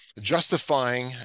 justifying